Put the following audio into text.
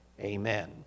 amen